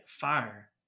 fire